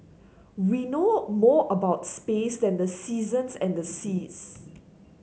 we know more about space than the seasons and the seas